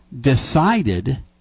decided